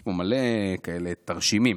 יש פה מלא כאלה תרשימים.